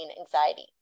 anxiety